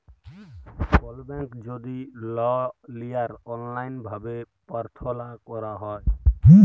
call ব্যাংকে যদি লল লিয়ার অললাইল ভাবে পার্থলা ক্যরা হ্যয়